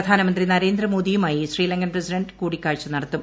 പ്രധാനമന്ത്രി നരേന്ദ്രമോദിയുമായി ശ്രീലങ്കൻ പ്രസിഡന്റ് കൂടിക്കാഴ്ച നടത്തും